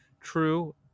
True